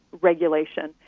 regulation